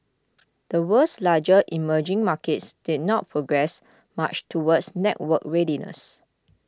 the world's larger emerging markets did not progress much towards networked readiness